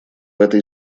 этой